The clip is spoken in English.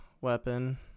weapon